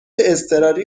اضطراری